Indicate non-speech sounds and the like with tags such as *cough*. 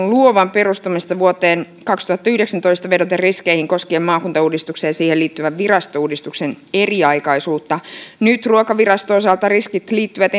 *unintelligible* luovan perustamista vuoteen kaksituhattayhdeksäntoista vedoten riskeihin koskien maakuntauudistuksen ja siihen liittyvän virastouudistuksen eriaikaisuutta nyt ruokaviraston osalta riskit liittyvät *unintelligible*